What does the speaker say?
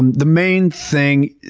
and the main thing,